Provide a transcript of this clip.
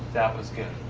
that was good.